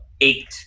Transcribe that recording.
eight